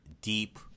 deep